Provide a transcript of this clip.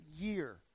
year